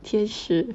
天使